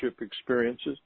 experiences